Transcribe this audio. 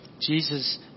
Jesus